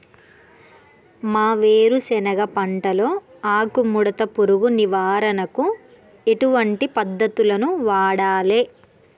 మా వేరుశెనగ పంటలో ఆకుముడత పురుగు నివారణకు ఎటువంటి పద్దతులను వాడాలే?